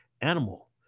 animal